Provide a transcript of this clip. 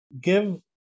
give